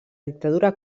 dictadura